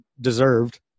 deserved